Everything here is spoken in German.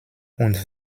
und